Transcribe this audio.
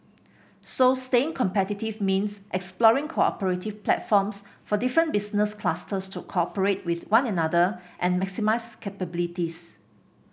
so staying competitive means exploring cooperative platforms for different business clusters to cooperate with one another and maximise capabilities